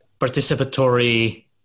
participatory